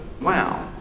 wow